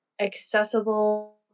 accessible